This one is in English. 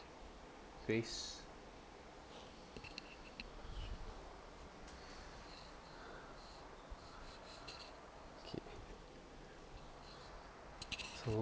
phase okay so